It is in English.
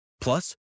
Plus